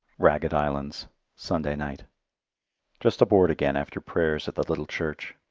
ragged islands sunday night just aboard again after prayers at the little church.